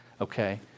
Okay